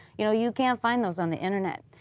you know you can't find those on the internet.